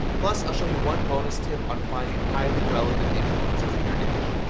plus, i'll show you one bonus tip on finding highly relevant influencers in your niche.